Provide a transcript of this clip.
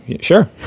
sure